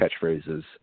catchphrases